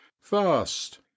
first